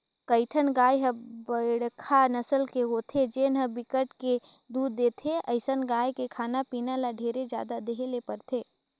कइठन गाय ह बड़का नसल के होथे जेन ह बिकट के दूद देथे, अइसन गाय के खाना पीना ल ढेरे जादा देहे ले परथे